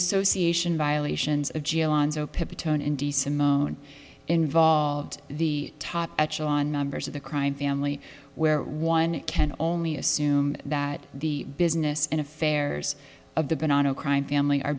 association violations of indecent mon involved the top echelon members of the crime family where one can only assume that the business and affairs of the been on a crime family are